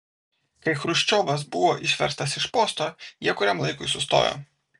kai chruščiovas buvo išverstas iš posto jie kuriam laikui sustojo